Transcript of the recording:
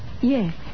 Yes